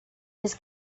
his